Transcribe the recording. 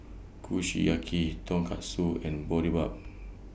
Kushiyaki Tonkatsu and Boribap